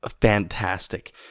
fantastic